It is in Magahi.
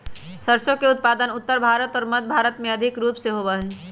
सरसों के उत्पादन उत्तर भारत और मध्य भारत में अधिक रूप से होबा हई